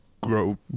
grow